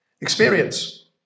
Experience